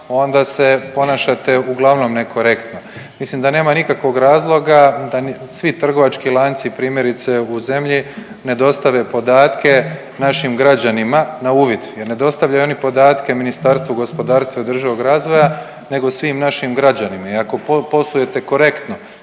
onda se ponašate uglavnom nekorektno. Mislim da nema nikakvog razloga da svi trgovački lanci primjerice u zemlji ne dostave podatke našim građanima na uvid, jer ne dostavljaju oni podatke Ministarstvu gospodarstva i održivog razvoja, nego svim našim građanima. I ako poslujete korektno,